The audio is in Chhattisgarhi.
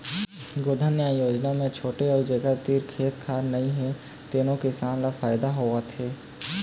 गोधन न्याय योजना म छोटे अउ जेखर तीर खेत खार नइ हे तेनो किसान ल फायदा होवत हे